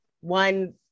one